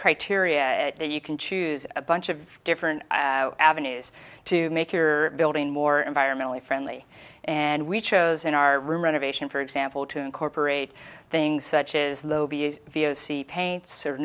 criteria that you can choose a bunch of different avenues to make your building more environmentally friendly and we chose in our room renovation for example to incorporate things such as low b s v o c paint